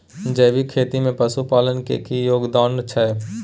जैविक खेती में पशुपालन के की योगदान छै?